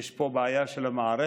יש פה בעיה של המערכת.